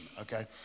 okay